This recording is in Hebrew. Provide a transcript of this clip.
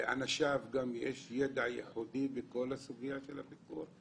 יש ידע ייחודי בכל הסוגיה של הפיקוח?